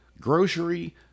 Grocery